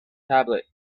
tablet